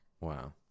Wow